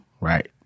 right